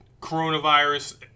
Coronavirus